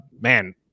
Man